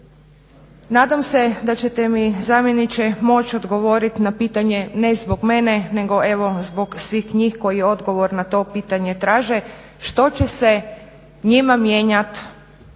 Nadam se da ćete mi zamjeniče moć odgovoriti na pitanje ne zbog mene nego evo zbog svih njih koji odgovor na to pitanje traže, što će se njima mijenjati